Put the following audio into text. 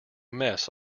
mess